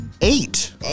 Eight